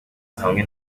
hamwe